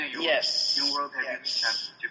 Yes